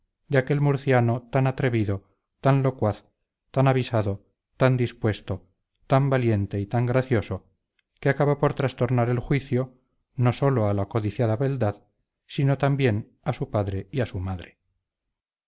dulzura de aquel murciano tan atrevido tan locuaz tan avisado tan dispuesto tan valiente y tan gracioso que acabó por trastornar el juicio no sólo a la codiciada beldad sino también a su padre y a su madre